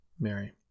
Mary